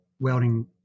welding